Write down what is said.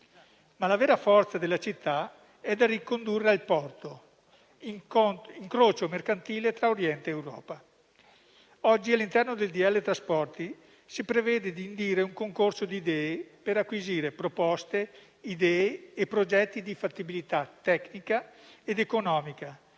Ma la vera forza della città è da ricondurre al porto, incrocio mercantile tra Oriente ed Europa. Oggi, all'interno del decreto-legge trasporti, si prevede di indire un concorso di idee per acquisire proposte, idee e progetti di fattibilità tecnica ed economica,